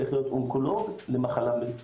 צריך להיות אונקולוג למחלה מסוימת,